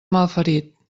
malferit